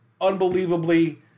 unbelievably